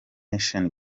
nation